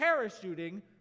parachuting